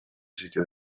sitio